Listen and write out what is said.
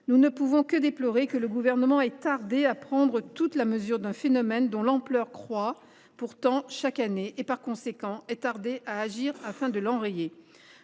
nous ne pouvons que déplorer que le Gouvernement ait tardé à prendre toute la mesure d’un phénomène dont l’ampleur croît pourtant chaque année et, par conséquent, à agir afin de l’enrayer.